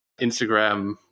Instagram